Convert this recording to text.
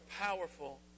powerful